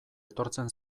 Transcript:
etortzen